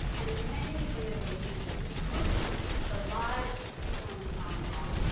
and many innovations to improve the lives of people in the commonwealth,